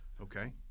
Okay